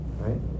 right